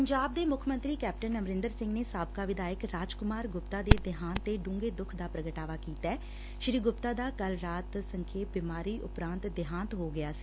ਪੰਜਾਬ ਦੇ ਮੁੱਖ ਮੰਤਰੀ ਕੈਪਟਨ ਅਮਰੰਦਰ ਸੰਘ ਨੇ ਸਾਬਕਾ ਵਿਧਾਇਕ ਰਾਜਕੁਮਾਰ ਗੁਪਤਾ ਦੇ ਦੇਹਾਂਤ ਤੇ ਡੰਘੇ ਦੁੱਖ ਦਾ ਸ੍ਰੀ ਗੁਪਤਾ ਦਾ ਕੱਲੂ ਰਾਤ ਸੰਖੇਪ ਬਿਮਾਰੀ ਉਪਰਾਂਤ ਦੇਹਾਂਤ ਹੋ ਗਿਆ ਸੀ